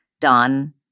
done